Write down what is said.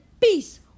peace